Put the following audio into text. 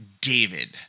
David